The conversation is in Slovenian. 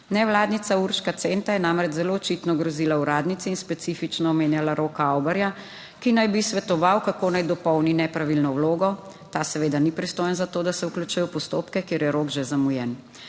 Nevladnica Urška Centa je namreč zelo očitno grozila uradnici in specifično omenjala Roka Avbarja, ki naj bi svetoval, kako naj dopolni nepravilno vlogo. Ta seveda ni pristojen za to, da se vključuje v postopke, kjer je rok že zamujen.